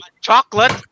chocolate